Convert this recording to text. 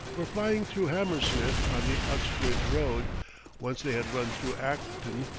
were flying through hammersmith on the uxbridge road once they had run through acton,